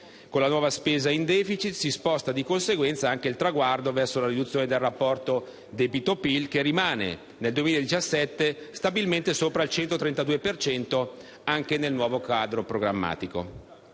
Con la nuova spesa in *deficit* si sposta, di conseguenza, anche il traguardo verso la riduzione del rapporto debito - PIL, che rimane nel 2017 stabilmente sopra il 132 per cento, anche nel nuovo quadro programmatico.